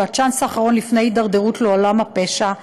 הצ'אנס האחרון לפני התדרדרות לעולם הפשע,